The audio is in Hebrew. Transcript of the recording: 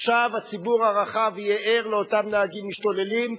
עכשיו הציבור הרחב יהיה ער לאותם נהגים משתוללים,